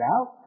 out